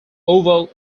oval